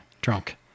Drunk